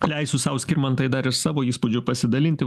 leisiu sau skirmantai dar iš savo įspūdžiu pasidalinti